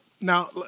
Now